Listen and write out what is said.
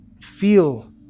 feel